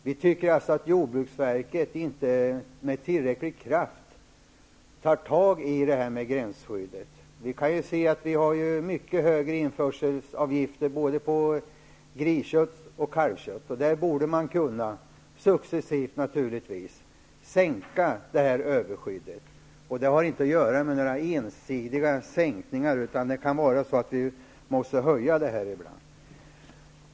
Vi tycker inte att jordbruksverket med tillräcklig kraft tar tag i gränsskyddsfrågorna. Vi har ju mycket högre införselavgifter både på griskött och kalvkött. Där borde man -- successivt, naturligtvis -- sänka överskyddet. Det är inte fråga om några ensidiga sänkningar -- det kan också vara så att vi måste höja gränsskyddet.